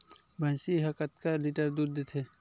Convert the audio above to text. भंइसी हा कतका लीटर दूध देथे?